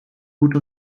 gut